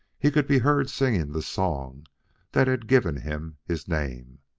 he could be heard singing the song that had given him his name